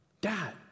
Dad